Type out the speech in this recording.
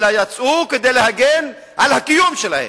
אלא יצאו כדי להגן על הקיום שלהם,